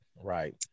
Right